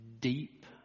deep